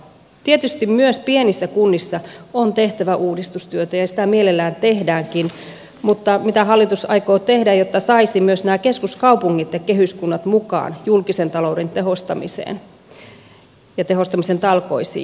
tietysti myös pienissä kunnissa on tehtävä uudistustyötä ja sitä mielellään tehdäänkin mutta mitä hallitus aikoo tehdä jotta saisi myös nämä keskuskaupungit ja kehyskunnat mukaan julkisen talouden tehostamiseen ja tehostamisen talkoisiin